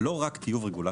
לא רק טיוב רגולציה.